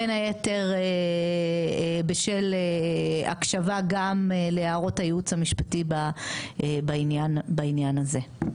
בין היתר בשל הקשבה גם להערות הייעוץ המשפטי בעניין הזה.